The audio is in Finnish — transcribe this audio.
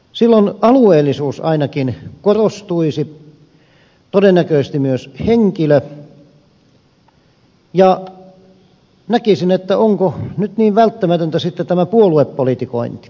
silloin alueellisuus ainakin korostuisi todennäköisesti myös henkilö ja näkisin että onko nyt niin välttämätöntä sitten tämä puoluepolitikointi